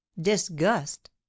disgust